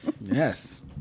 Yes